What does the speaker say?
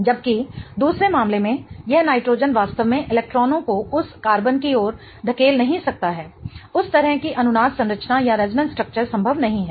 जबकि दूसरे मामले में यह नाइट्रोजन वास्तव में इलेक्ट्रॉनों को उस कार्बन की ओर धकेल नहीं सकता है उस तरह की अनुनाद संरचना संभव नहीं है